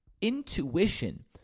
Intuition